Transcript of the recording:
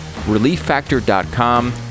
Relieffactor.com